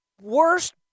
worst